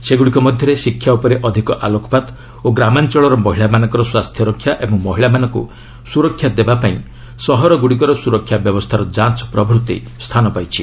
ସେଗୁଡ଼ିକ ମଧ୍ୟରେ ଶିକ୍ଷା ଉପରେ ଅଧିକ ଆଲୋକପାତ ଓ ଗ୍ରାମାଞ୍ଚଳର ମହିଳାମାନଙ୍କ ସ୍ୱାସ୍ଥ୍ୟରକ୍ଷା ଏବଂ ମହିଳାମାନଙ୍କୁ ସୁରକ୍ଷା ଦେବା ପାଇଁ ସହରଗୁଡ଼ିକର ସୁରକ୍ଷା ବ୍ୟବସ୍ଥାର ଯାଞ୍ ପ୍ରଭୃତି ସ୍ଥାନ ପାଇଛି